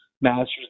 master's